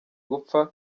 gupfa